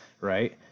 right